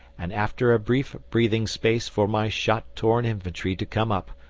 and, after a brief breathing space for my shot torn infantry to come up,